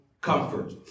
comfort